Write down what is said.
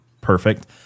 perfect